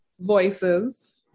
Voices